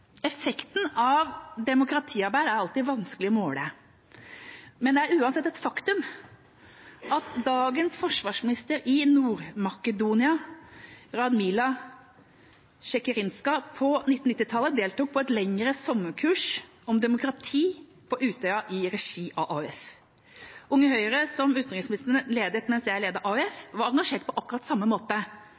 Effekten av demokratiarbeid er alltid vanskelig å måle, men det er uansett et faktum at dagens forsvarsminister i Nord-Makedonia, Radmila Sekerinska, på 1990-tallet deltok på et lengre sommerkurs om demokrati på Utøya i regi av AUF. Unge Høyre, som utenriksministeren ledet mens jeg ledet AUF, var engasjert på akkurat samme måte.